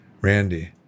Randy